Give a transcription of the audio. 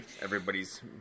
Everybody's